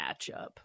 matchup